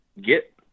get